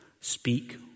speak